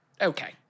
Okay